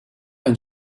hun